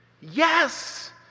Yes